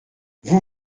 vous